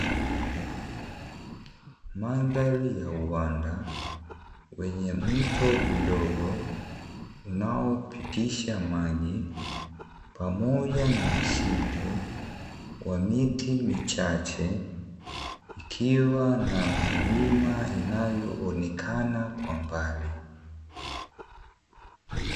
Mandhari ya uwanda kwenye mto mdogo unaopitisha maji, pamoja na msitu wa miti michache, ikiwa na milima inayoonekana kwa mbali.